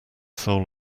soul